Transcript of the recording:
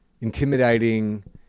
intimidating